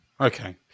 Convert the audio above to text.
Okay